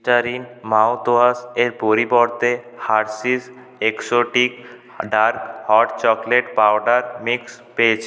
Listerine mouthwash এর পরিবর্তে Hershey's exotic dark hot chocolate powder mix পেয়েছি